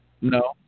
No